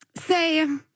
say